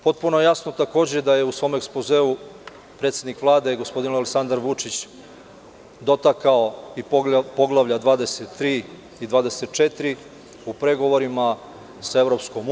Potpuno je jasno takođe da je u svom ekspozeu predsednik Vlade gospodin Aleksandar Vučić dotakao i poglavlja 23. i 24. u pregovorima sa EU.